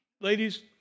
ladies